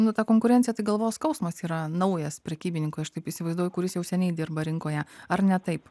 nu ta konkurencija tai galvos skausmas yra naujas prekybininkui aš taip įsivaizduoju kuris jau seniai dirba rinkoje ar ne taip